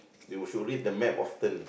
you should read the map often